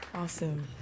Awesome